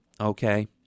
okay